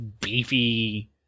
beefy